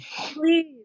please